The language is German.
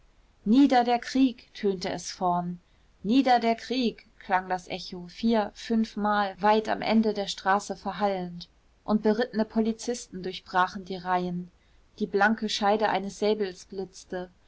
nieder der krieg tönte es vorn nieder der krieg klang das echo vier fünfmal weit am ende der straße verhallend und berittene polizisten durchbrachen die reihen die blanke scheide eines säbels blitzte